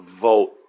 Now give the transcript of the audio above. vote